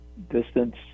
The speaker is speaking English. Distance